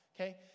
Okay